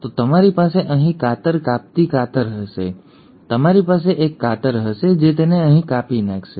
તો તમારી પાસે અહીં કાતર કાપતી કાતર હશે તમારી પાસે એક કાતર હશે જે તેને અહીં કાપી નાખશે